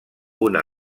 una